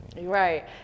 Right